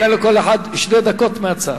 אני נותן לכל אחד שתי דקות מהצד.